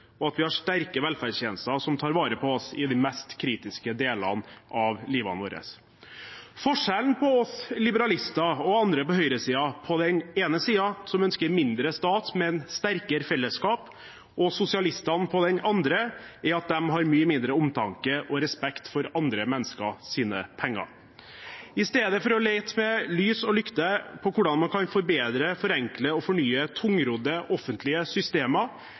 og at vi har sterke velferdstjenester som tar vare på oss i de mest kritiske delene av livene våre. Forskjellen på oss liberalister og andre på høyresiden på den ene siden, som ønsker mindre stat, men sterkere fellesskap, og sosialistene på den andre, er at de har mye mindre omtanke og respekt for andre menneskers penger. Istedenfor å lete med lys og lykte etter hvordan man kan forbedre, forenkle og fornye tungrodde offentlige systemer,